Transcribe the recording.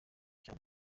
cyane